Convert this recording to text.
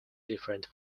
different